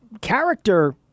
character